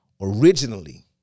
originally